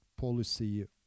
policy